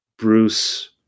Bruce